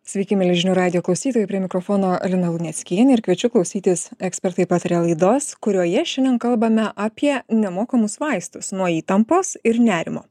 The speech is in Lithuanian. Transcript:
sveiki mieli žinių radijo klausytojai prie mikrofono lina luneckienė ir kviečiu klausytis ekspertai pataria laidos kurioje šiandien kalbame apie nemokamus vaistus nuo įtampos ir nerimo